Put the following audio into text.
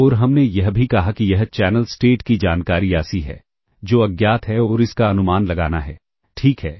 और हमने यह भी कहा कि यह चैनल स्टेट की जानकारी या CSI है जो अज्ञात है और इसका अनुमान लगाना है ठीक है